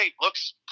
looks